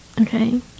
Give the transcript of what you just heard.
Okay